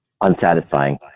unsatisfying